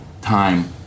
time